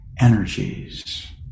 Energies